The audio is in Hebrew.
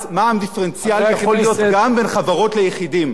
מע"מ דיפרנציאלי יכול להיות גם בין חברות ליחידים,